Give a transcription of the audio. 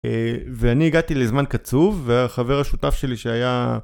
ואני הגעתי לזמן קצוב, והחבר השותף שלי שהיה...